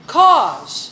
cause